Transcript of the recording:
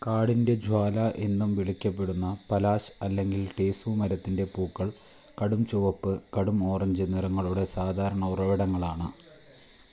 കാടിൻ്റെ ജ്വാല എന്നും വിളിക്കപ്പെടുന്ന പലാശ് അല്ലെങ്കിൽ ടേസു മരത്തിൻ്റെ പൂക്കൾ കടും ചുവപ്പ് കടും ഓറഞ്ച് നിറങ്ങളുടെ സാധാരണ ഉറവിടങ്ങളാണ്